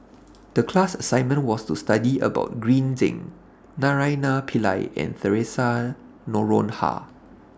The class assignment was to study about Green Zeng Naraina Pillai and Theresa Noronha